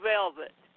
Velvet